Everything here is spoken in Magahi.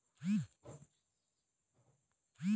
प्रतिनिधि धन शब्दर इस्तेमाल बहुत माय्नेट कराल जाहा